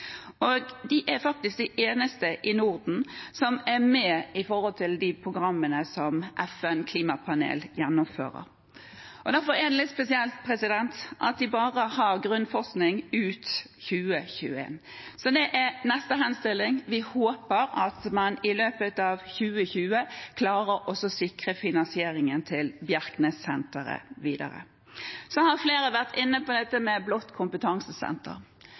De er faktisk de eneste i Norden som er med i de programmene som FNs klimapanel gjennomfører. Derfor er det litt spesielt at de bare har grunnforskning ut 2021. Så det er neste henstilling: Vi håper at man i løpet av 2020 klarer å sikre finansieringen til Bjerknessenteret videre. Så har flere vært inne på